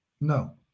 No